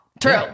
True